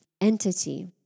entity